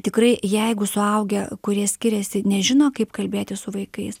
tikrai jeigu suaugę kurie skiriasi nežino kaip kalbėtis su vaikais